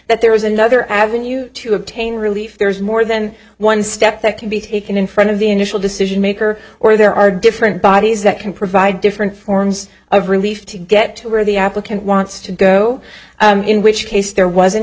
that there is another avenue to obtain relief there is more than one step that can be taken in front of the initial decision maker or there are different bodies that can provide different forms of relief to get to where the applicant wants to go in which case there wasn't